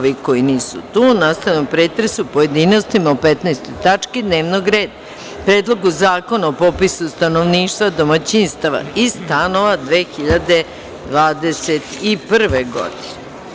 Nastavljamo pretres u pojedinostima o 15. tački dnevnog reda – Predlogu zakona o popisu stanovništva, domaćinstava i stanova 2021. godine.